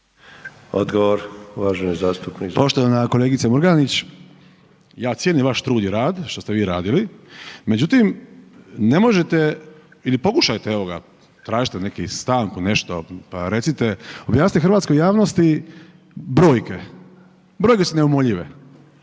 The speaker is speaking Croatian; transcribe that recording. Odgovor, uvaženi zastupnik